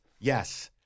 Yes